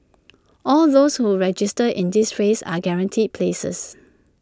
all those who register in this phase are guaranteed places